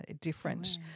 different